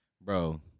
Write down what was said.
Bro